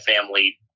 family